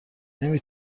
نمی